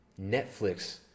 Netflix